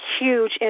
huge